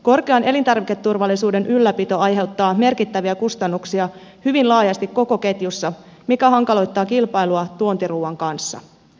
korkean elintarviketurvallisuuden ylläpito aiheuttaa merkittäviä kustannuksia hyvin laajasti koko ketjussa mikä hankaloittaa kilpailua tuontiruuan kanssa